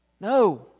No